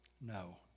No